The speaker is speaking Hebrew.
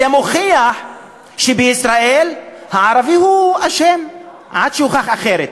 זה מוכיח שבישראל הערבי הוא אשם עד שהוכח אחרת,